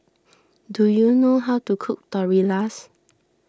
do you know how to cook Tortillas